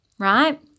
right